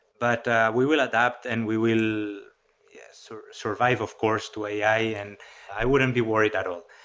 but we will adopt and we will yeah so survive, of course, to ai, and i wouldn't be worried at all.